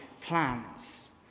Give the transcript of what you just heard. plans